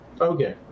Okay